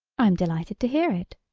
i am delighted to hear it.